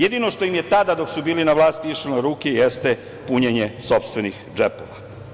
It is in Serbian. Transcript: Jedino što im je tada, dok su bili na vlasti, išlo na ruke jeste punjenje sopstvenih džepova.